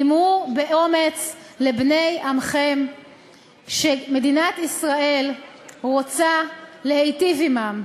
אמרו באומץ לבני עמכם שמדינת ישראל רוצה להיטיב עמם.